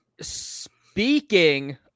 Speaking